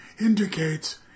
indicates